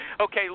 Okay